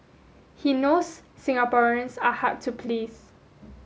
he knows Singaporeans are hard to please